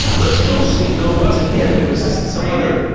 so let's go see, no it wasn't him, it was some other